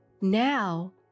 Now